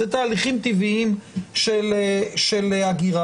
אלה תהליכים טבעיים של הגירה.